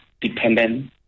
dependent